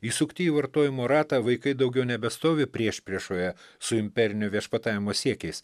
įsukti į vartojimo ratą vaikai daugiau nebestovi priešpriešoje su imperiniu viešpatavimo siekiais